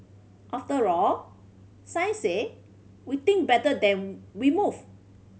after all science say we think better then we move